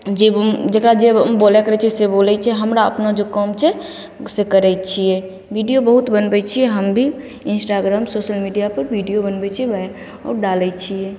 जे बो जकरा जे बोलैके रहै छै से बोलै छै हमरा अपना जे काम छै से करै छिए वीडिओ बहुत बनबै छिए हम भी इन्स्टाग्राम सोशल मीडिआपर वीडिओ बनबै छिए वएह आओर डालै छिए